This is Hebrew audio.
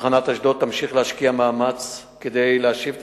תחנת אשדוד תמשיך להשקיע מאמץ רב כדי להשיב את